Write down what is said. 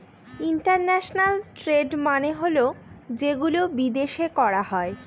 international trade মানে হল যেগুলো বিদেশে করা হয়